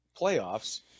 playoffs